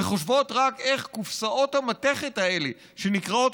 וחושבות רק איך קופסאות המתכת האלה שנקראות